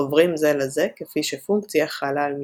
החוברים זה לזה כפי שפונקציה חלה על משתנים.